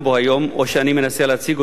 או שאני מנסה להציג אותו היום,